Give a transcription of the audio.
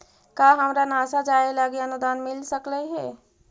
का हमरा नासा जाये लागी अनुदान मिल सकलई हे?